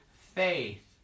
faith